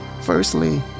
Firstly